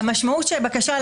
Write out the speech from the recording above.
על פניו המשמעות של זה היא